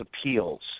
appeals